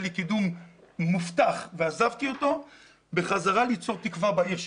קידום אבל הלכתי כדי ליצור תקווה בעיר שלי.